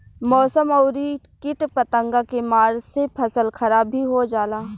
मौसम अउरी किट पतंगा के मार से फसल खराब भी हो जाला